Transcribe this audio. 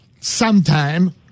sometime